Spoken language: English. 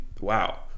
Wow